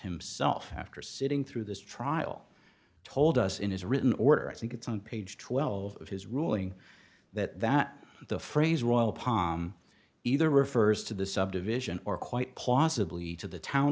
himself after sitting through this trial told us in his written order i think it's on page twelve of his ruling that that the phrase royal palm either refers to the subdivision or quite possibly to the town